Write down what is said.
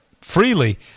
freely